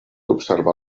observar